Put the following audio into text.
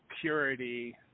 purity